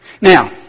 Now